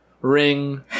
ring